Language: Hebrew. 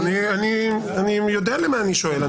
אני יודע למה אני שואל.